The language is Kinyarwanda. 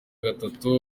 gatatu